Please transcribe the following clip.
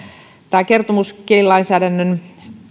tämä kertomus kielilainsäädännön